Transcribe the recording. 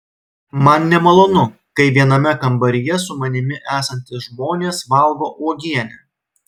man nemalonu kai viename kambaryje su manimi esantys žmonės valgo uogienę